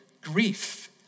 grief